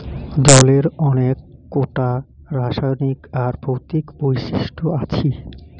জলের অনেক কোটা রাসায়নিক আর ভৌতিক বৈশিষ্ট আছি